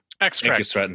Extract